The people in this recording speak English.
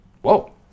Whoa